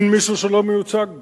אין מישהו שלא מיוצג בו.